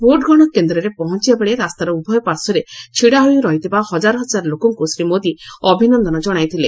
ଭୋଟ୍ଗ୍ରହଣ କେନ୍ଦ୍ରରେ ପହଞ୍ଚିବାବେଳେ ରାସ୍ତାର ଉଭୟପାର୍ଶ୍ୱରେ ଛିଡାହୋଇ ରହିଥିବା ହଜାର ହଜାର ଲୋକଙ୍କୁ ଶ୍ରୀ ମୋଦି ଅଭିନନ୍ଦନ ଜଣାଇଥିଲେ